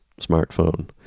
smartphone